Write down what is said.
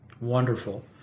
Wonderful